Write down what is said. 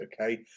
okay